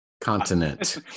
Continent